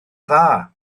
dda